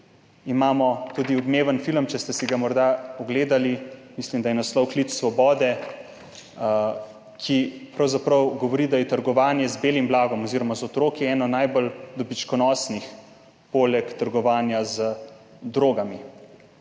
Imamo tudi odmeven film, če ste si ga morda pogledali, mislim, da je naslov Klic svobode, ki pravzaprav govori o tem, da je trgovanje z belim blagom oziroma z otroki eno najbolj dobičkonosnih, poleg trgovanja z drogami.